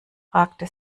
fragte